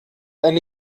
eine